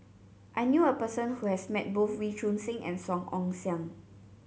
I knew a person who has met both Wee Choon Seng and Song Ong Siang